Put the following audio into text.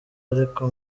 ariko